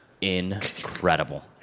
incredible